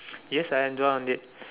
yes I endured on it